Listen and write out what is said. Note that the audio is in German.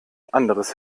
anderes